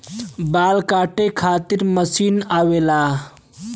बाल काटे खातिर मशीन आवेला